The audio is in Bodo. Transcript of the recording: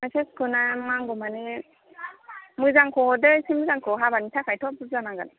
नांगौ माने मोजांखौ हरदो एसे मोजांखौ हाबानि थाखायथ' बुरजा नांगोन